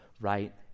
right